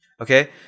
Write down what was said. Okay